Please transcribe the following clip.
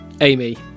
Amy